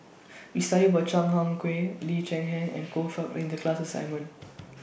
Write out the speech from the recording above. We studied about Chan Chang Lee Cheng Yan and Choe Fook in The class assignment